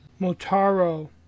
Motaro